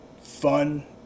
fun